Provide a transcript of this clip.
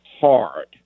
hard